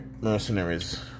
mercenaries